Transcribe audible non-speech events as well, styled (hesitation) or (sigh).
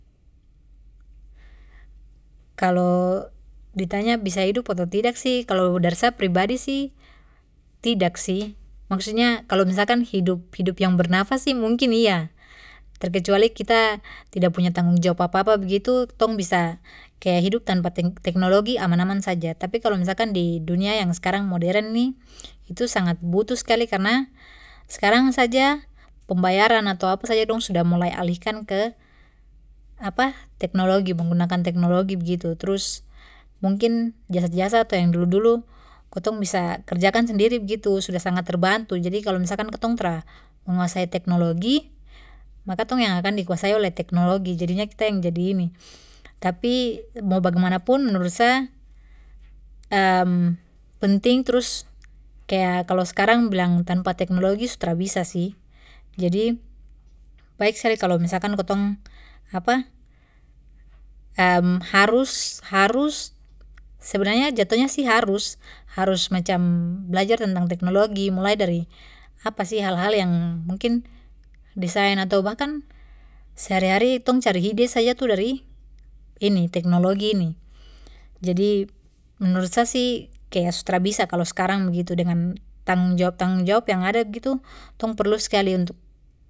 Kalo ditanya bisa hidup ato tidak sih kalo dari sa pribadi sih tidak sih maksudnya kalo misalkan hidup hidup yang bernafas sih mungkin iya terkecuali kita tidak punya tanggung jawab apa apa begitu tong bisa kaya hidup tanpa teng-teknologi aman aman saja tapi kalo misalkan di dunia yang skarang modern ni iut sangat butuh skali karna skarang saja pembayaran ato apa saja dong sudah mulai alihkan ke (hesitation) teknologi menggunakan teknologi begitu trus mungkin jasa jasa ato yang dulu dulu kitong bisa kerjakan sendiri begitu bisa sangat terbantu jadi kalo misalkan kitong tra menguasai teknologi maka tong yang akan dikuasai oleh teknologi jadinya kita yang jadi ini tapi mau bagemanapun menurut sa (hesitation) penting trus kaya kalo skarang bilang tanpa teknologi su tra bisa sih jadi baik skali kalo misalkan kitong (hesitation) harus harus sebenarnya jatuhnya sih harus harus macam belajar tentang teknologi mulai dari (hesitation) hal hal yang mungkin desain ato bahkan sehari hari tong cari ide saja itu dari ini teknologi ini jadi menurut sa sih kaya su tra bisa kalo skarang begitu dengan tanggung jawab tanggung jawab yang ada begitu tong perlu skali untuk.